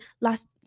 last